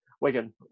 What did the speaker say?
Wigan